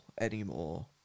anymore